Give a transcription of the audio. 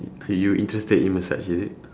yo~ you interested in massage is it